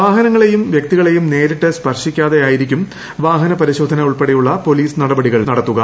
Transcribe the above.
വാഹനങ്ങളെയും വ്യക്തികളെയും നേരിട്ട് സ്പർശിക്കാതെ ആയിരിക്കും വാഹന പരിശോധന ഉൾപ്പെടെയുള്ള പോലീസ് നടപടികൾ നടത്തുക